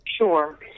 Sure